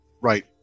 right